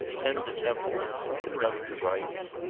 tend the temple and conduct the rites.